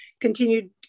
continued